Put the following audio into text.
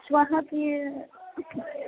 श्वःअपि